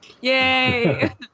Yay